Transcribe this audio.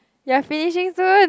we are finishing soon